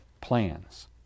plans